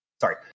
Sorry